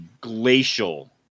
glacial